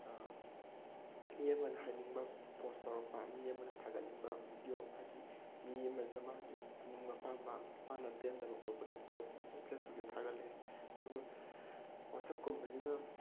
ꯃꯤ ꯑꯃꯅ ꯍꯥꯏꯅꯤꯡꯕ ꯄꯣꯁ ꯇꯧꯔꯛꯄ ꯃꯤ ꯑꯃꯅ ꯊꯥꯒꯠꯅꯤꯡꯕ ꯚꯤꯗꯤꯑꯣ ꯍꯥꯏꯗꯤ ꯃꯤ ꯑꯃꯁꯤꯗ ꯃꯥꯒꯤ ꯑꯅꯤꯡꯕ ꯑꯄꯥꯝꯕ ꯃꯥꯅ ꯄꯦꯟꯗꯕ ꯈꯣꯠꯄꯗꯨ ꯄꯣꯁ ꯐꯦꯁꯕꯨꯛꯇ ꯊꯥꯒꯠꯂꯛꯑꯦ ꯑꯗꯨꯒ ꯋꯥꯆꯞꯀꯨꯝꯕꯁꯤꯅ